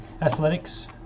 Athletics